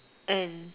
and